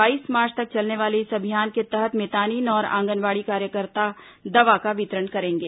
बाईस मार्च तक चलने वाले इस अभियान के तहत मितानिन और आंगनबाड़ी कार्यकर्ता दवा का वितरण करेंगे